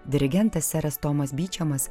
dirigentas seras tomas byčemas